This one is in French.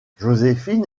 joséphine